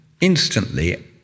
instantly